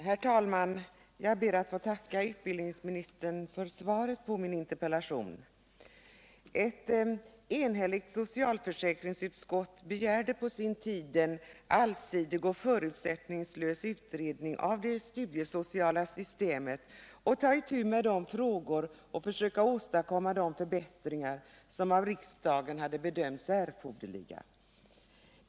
Herr talman! Jag ber att få tacka utbildningsministern för svaret på min interpellation. Ett enhälligt socialförsäkringsutskott begärde på sin tid en allsidig och förutsättningslös utredning av det studiesociala systemet i syfte att försöka åstadkomma de förbättringar som av riksdagen bedömdes erforderliga.